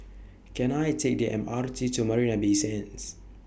Can I Take The M R T to Marina Bay Sands